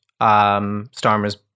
Starmer's